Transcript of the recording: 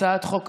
הצעת החוק עברה,